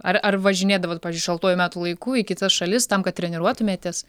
ar ar važinėdavot pavyzdžiui šaltuoju metų laiku į kitas šalis tam kad treniruotumėtės